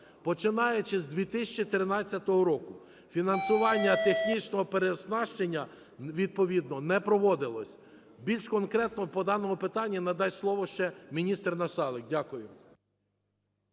Починаючи з 2013 року, фінансування технічного переоснащення відповідно не проводилось. Більш конкретно по даному питанню надасть слово ще міністр Насалик. Дякую.